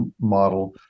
model